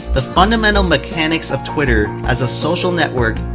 the fundamental mechanics of twitter, as a social network,